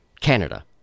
Canada